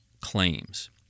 claims